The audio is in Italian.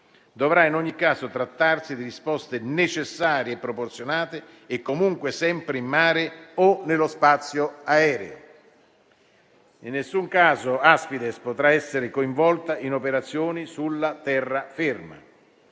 Dovrà in ogni caso trattarsi di risposte necessarie e proporzionate, e comunque sempre in mare o nello spazio aereo. In nessun caso, Aspides potrà essere coinvolta in operazioni sulla terraferma.